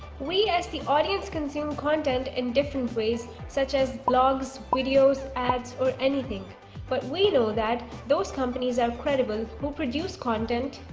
we as the audience consume content in different ways such as blogs, videos, ads or anything but we know that those companies are credible who produce content.